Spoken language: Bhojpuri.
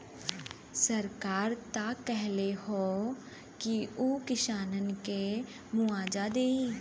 सरकार त कहले हौ की उ किसानन के मुआवजा देही